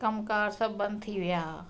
कमु कार सभु बंदि थी विया